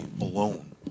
alone